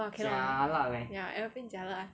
!wah! cannot ya aeroplane jialat